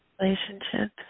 relationships